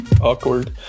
Awkward